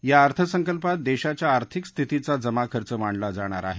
या अर्थसंकल्पात देशाच्या आर्थिक स्थितीचा जमाखर्च मांडला जाणार आहे